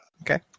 okay